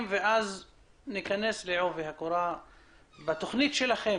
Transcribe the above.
התכנית היא